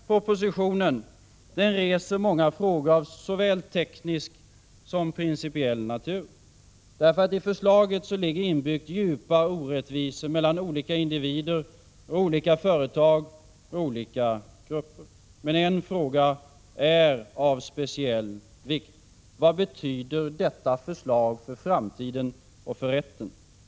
Propositionen reser många frågor av såväl teknisk som principiell natur. I förslaget ligger inbyggt djupa orättvisor mellan olika individer och företag och grupper. Men en fråga är av speciell vikt: Vad betyder detta förslag för framtiden och för rätten?